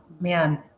man